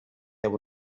able